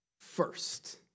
first